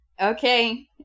Okay